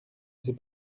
sais